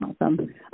Awesome